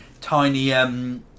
tiny